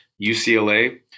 UCLA